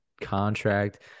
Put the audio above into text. contract